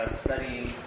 studying